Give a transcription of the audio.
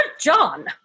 John